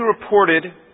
reported